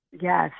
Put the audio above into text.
Yes